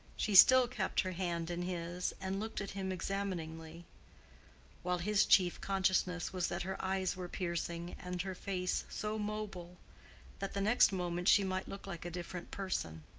she still kept her hand in his and looked at him examiningly while his chief consciousness was that her eyes were piercing and her face so mobile that the next moment she might look like a different person.